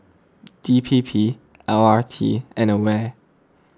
D P P L R T and Aware